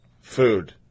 food